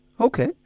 Okay